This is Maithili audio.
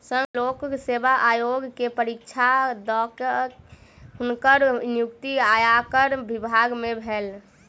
संघ लोक सेवा आयोग के परीक्षा दअ के हुनकर नियुक्ति आयकर विभाग में भेलैन